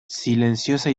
silenciosa